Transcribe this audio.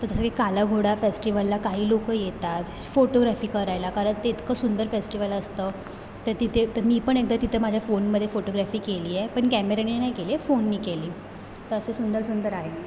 तसं ते काला घोडा फेस्टिवलला काही लोक येतात फोटोग्राफी करायला कारण ते इतकं सुंदर फेस्टिवल असतं तर तिथे तर मी पण एकदा तिथे माझ्या फोनमध्ये फोटोग्रॅफी केली आहे पण कॅमेऱ्याने नाही केली आहे फोनने केली तर असे सुंदर सुंदर आहे